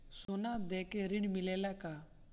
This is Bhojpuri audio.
सोना देके ऋण मिलेला का?